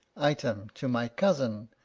item to my cousin,